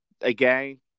Again